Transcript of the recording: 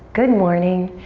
good morning.